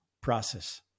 process